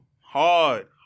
Hard